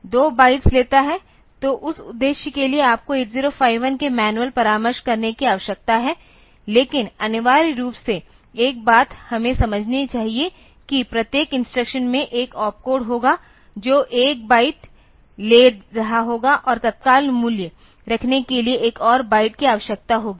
तो उस उद्देश्य के लिए आपको 8051 के मैनुअलपरामर्श करने की आवश्यकता है लेकिन अनिवार्य रूप से एक बात हमें समझनी चाहिए कि प्रत्येक इंस्ट्रक्शन में एक ओपकोड होगा जो 1 बाइट ले रहा होगा और तत्काल मूल्य रखने के लिए एक और बाइट की आवश्यकता होगी